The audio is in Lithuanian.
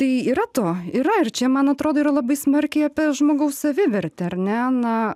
tai yra to yra ir čia man atrodo yra labai smarkiai apie žmogaus savivertę ar ne na